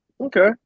Okay